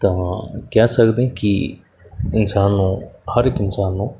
ਤਾਂ ਕਹਿ ਸਕਦੇ ਕਿ ਇਨਸਾਨ ਨੂੰ ਹਰ ਇੱਕ ਇਨਸਾਨ ਨੂੰ